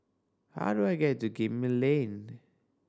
how do I get to Gemmill Lane